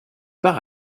par